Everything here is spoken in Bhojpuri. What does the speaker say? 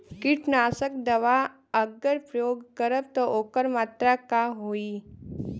कीटनाशक दवा अगर प्रयोग करब त ओकर मात्रा का होई?